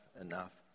enough